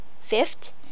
Fifth